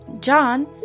John